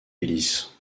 hélice